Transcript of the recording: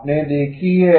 आपने देखी है